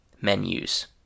menus